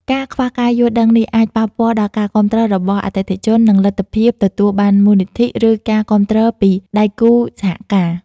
ការខ្វះការយល់ដឹងនេះអាចប៉ះពាល់ដល់ការគាំទ្ររបស់អតិថិជន និងលទ្ធភាពទទួលបានមូលនិធិ ឬការគាំទ្រពីដៃគូសហការ ។